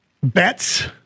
bets